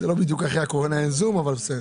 זה לא בדיוק שאחרי הקורונה אין זום, אבל בסדר.